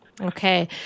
Okay